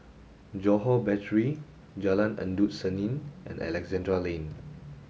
Johore Battery Jalan Endut Senin and Alexandra Lane